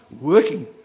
working